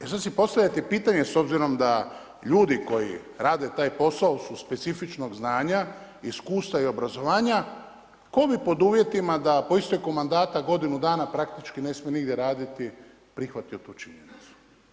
E sada si postavite pitanje s obzirom da ljudi koji rade taj posao su specifičnog znanja, iskustva i obrazovanja, tko bi pod uvjetima da po isteku mandata godinu dana praktički ne smije nigdje raditi prihvatio tu činjenicu?